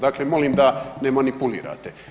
Dakle, molim da ne manipulirate.